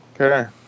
Okay